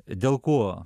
dėl ko